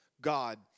God